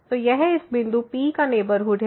तो यह इस बिंदु P का नेबरहुड है